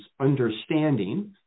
understanding